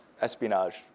espionage